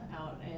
out